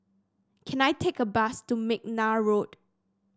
can I take a bus to McNair Road